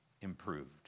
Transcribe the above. improved